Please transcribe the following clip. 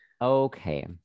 Okay